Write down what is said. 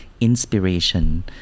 inspiration